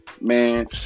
man